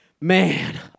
man